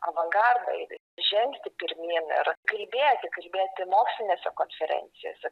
avangardą žengti pirmyn ir kalbėti kalbėti mokslinėse konferencijose